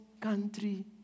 country